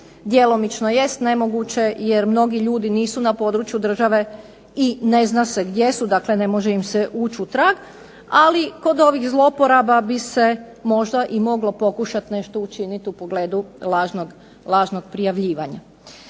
djelomično jest nemoguće jer mnogi ljudi nisu na području države i ne zna se gdje su, dakle ne može im se ući u trag, ali kod ovih zloporaba bi se možda i moglo pokušati nešto učiniti u pogledu lažnog prijavljivanja.